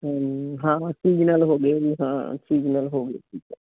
ਹਾਂ ਹਾਂ ਸੀਸਨਲ ਹੋਗੇ ਹਾਂ ਸੀਸਨਲ ਹੋਗੇ